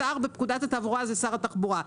השר בפקודת התעבורה זה שר התחבורה,